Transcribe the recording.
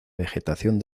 vegetación